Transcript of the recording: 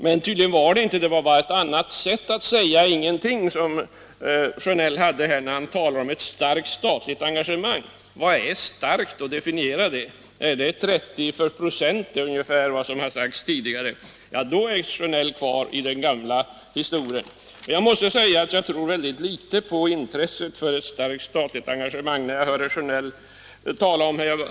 Men tydligen var det inte så; det var bara ett annat sätt att säga ingenting när herr Sjönell talade om ett starkt statligt engagemang. Vad är då starkt? Definiera det! Är det ungefär 30 96, som har sagts tidigare? Ja, då är herr Sjönell kvar i den gamla historien. Jag måste säga att jag tror väldigt litet på intresset för ett starkt statligt engagemang när jag hör herr Sjönell.